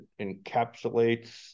encapsulates